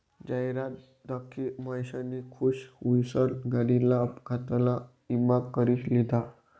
जाहिरात दखी महेशनी खुश हुईसन गाडीना अपघातना ईमा करी लिधा